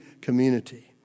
community